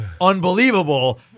unbelievable